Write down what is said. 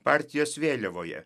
partijos vėliavoje